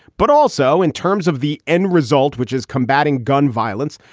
but also in terms of the end result, which is combating gun violence.